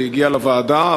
והיא הגיעה לוועדה,